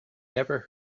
never